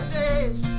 days